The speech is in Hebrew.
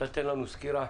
אתה תיתן לנו סקירה,